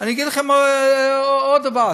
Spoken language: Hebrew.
אני אגיד לכם עוד דבר.